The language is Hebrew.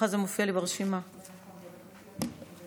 נכון שאנחנו היום עושים יום הוקרה לנכי